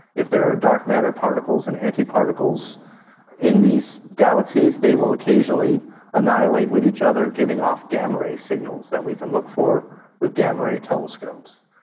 if there are dark matter particles and antiparticles in these galaxies they will occasionally annihilate with each other, giving off gamma ray signals that we can look for with gamma ray telescopes.